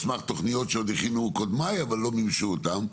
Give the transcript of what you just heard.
על סמך תכניות שעוד הכינו קודמיי אבל לא מימשו אתן,